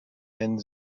and